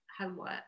homework